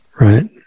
Right